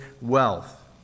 wealth